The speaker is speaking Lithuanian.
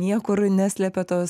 niekur neslėpė tos